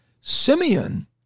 Simeon